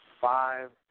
five